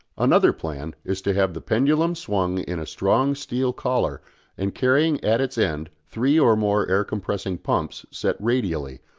another plan is to have the pendulum swung in a strong steel collar and carrying at its end three or more air-compressing pumps set radially,